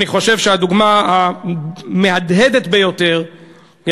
אני חושב שהדוגמה המהדהדת ביותר היא